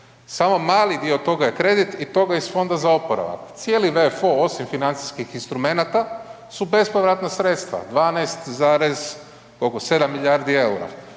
samo mali dio toga je kredit i toga iz Fonda za oporavak. Cijeli VFO osim financijskih instrumenata su bespovratna sredstva, 12,7 milijardi EUR-a,